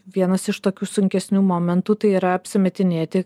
vienas iš tokių sunkesnių momentų tai yra apsimetinėti